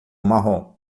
marrom